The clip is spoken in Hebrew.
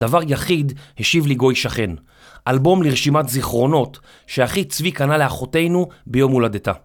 דבר יחיד, השיב לי גוי שכן, אלבום לרשימת זיכרונות שאחי צבי קנה לאחותינו ביום הולדתה.